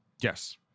Yes